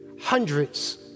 hundreds